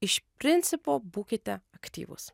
iš principo būkite aktyvūs